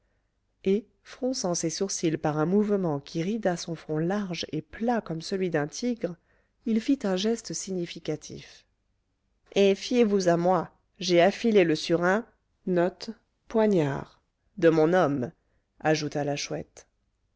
et fronçant ses sourcils par un mouvement qui rida son front large et plat comme celui d'un tigre il fit un geste significatif et fiez-vous à moi j'ai affilé le surin de mon homme ajouta la chouette